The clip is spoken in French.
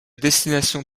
destination